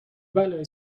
بلایی